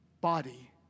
body